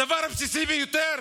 הדבר הבסיסי ביותר?